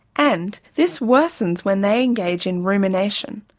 and this worsens when they engage in rumination,